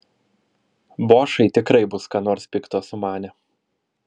bošai tikrai bus ką nors pikto sumanę